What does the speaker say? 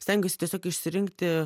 stengiuosi tiesiog išsirinkti